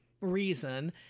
reason